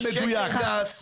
זה שקר גס.